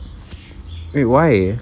wait why